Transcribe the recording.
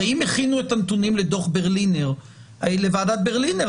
הרי אם הכינו את הנתונים לוועדת ברלינר,